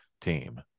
team